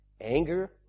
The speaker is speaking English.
Anger